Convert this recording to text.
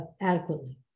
adequately